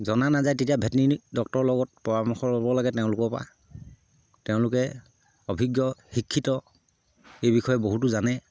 জনা নাযায় তেতিয়া ভেটেনেৰী ডক্তৰৰ লগত পৰামৰ্শ ল'ব লাগে তেওঁলোকৰপৰা তেওঁলোকে অভিজ্ঞ শিক্ষিত এই বিষয়ে বহুতো জানে